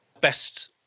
best